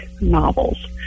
novels